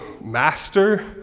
master